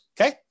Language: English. okay